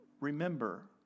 Remember